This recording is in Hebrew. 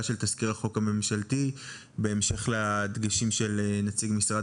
של תזכיר החוק הממשלתי בהמשך לדגשים של נציג משרד